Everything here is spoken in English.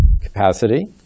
capacity